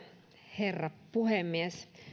herra puhemies